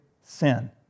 sin